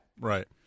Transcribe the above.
Right